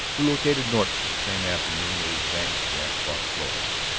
who located norton the same afternoon at his ranch at las flores.